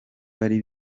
bari